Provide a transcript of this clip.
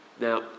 Now